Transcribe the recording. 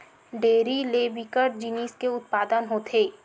dairy ले बिकट जिनिस के उत्पादन होथे